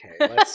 okay